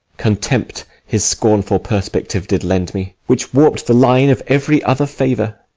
contempt his scornful perspective did lend me, which warp'd the line of every other favour,